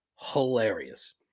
hilarious